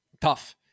Tough